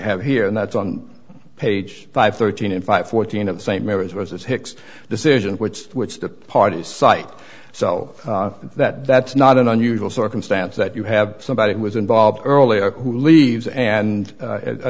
have here and that's on page five thirteen in five fourteen of st mary's was that hicks decision which which the parties cite so that that's not an unusual circumstance that you have somebody who was involved earlier who leaves and